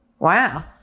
Wow